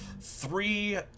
three